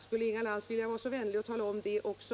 Skulle Inga Lantz vilja vara så vänlig och tala om det också?